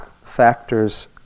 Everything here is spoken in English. Factors